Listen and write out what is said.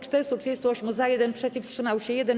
438 - za, 1 - przeciw, wstrzymał się 1.